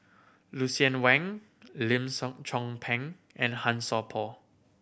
Lucien Wang Lim Chong Pang and Han So Por